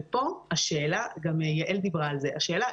ופה השאלה גם יעל דיברה על זה השאלה היא